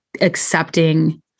accepting